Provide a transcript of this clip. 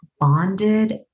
bonded